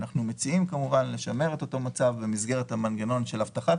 אנחנו מציעים לשמר את אותו מצב במסגרת המנגנון של הבטחת